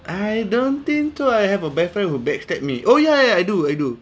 I don't think so I have a best friend who back stab me oh yeah yeah I do I do